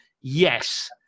Yes